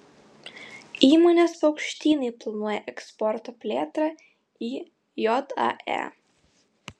įmonės paukštynai planuoja eksporto plėtrą į jae